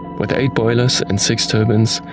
with eight boilers and six turbines,